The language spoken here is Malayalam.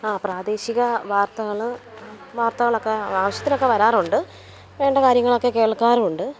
അ പ്രാദേശിക വാർത്തകൾ വാർത്തകളൊക്കെ ആവശ്യത്തിനൊക്കെ വരാറുണ്ട് വേണ്ട കാര്യങ്ങളൊക്കെ കേൾക്കാറും ഉണ്ട്